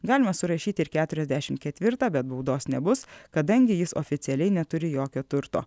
galima surašyti ir keturiasdešimt ketvirtą bet baudos nebus kadangi jis oficialiai neturi jokio turto